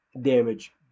damage